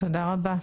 תודה רבה.